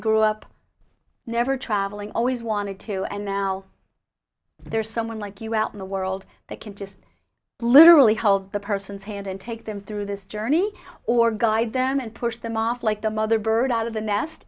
grew up never traveling always wanted to end now there's someone like you out in the world that can just literally hold the person's hand and take them through this journey or guide them and push them off like the mother bird out of the nest